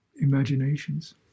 imaginations